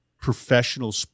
professional